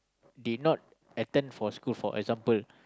did not attend for school for example